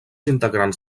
integrants